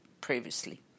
previously